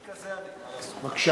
כזה אני, מה לעשות.